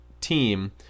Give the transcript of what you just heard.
team